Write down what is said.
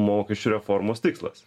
mokesčių reformos tikslas